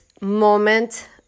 moment